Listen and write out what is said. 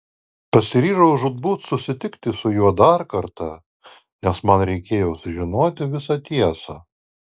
pasiryžau žūtbūt susitikti su juo dar kartą nes man reikėjo sužinoti visą tiesą